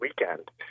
weekend